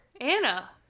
anna